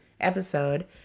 episode